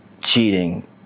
cheating